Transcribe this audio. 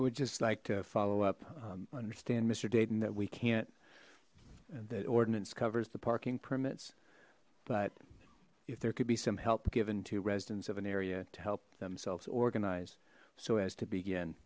i would just like to follow up understand mister dayton that we can't that ordinance covers the parking permits but if there could be some help given to residents of an area to help themselves organized so as to begin